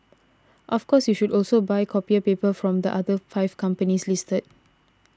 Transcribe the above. of course you should also buy copier paper from the other five companies listed